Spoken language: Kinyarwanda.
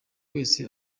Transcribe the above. wese